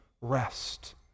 rest